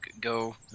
go